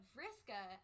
Vriska